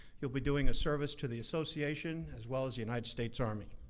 you'll be doing a service to the association as well as the united states army.